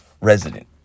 resident